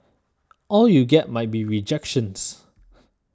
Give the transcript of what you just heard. all you get might be rejections